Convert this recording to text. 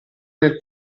nel